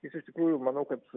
nes iš tikrųjų manau kad